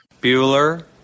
Bueller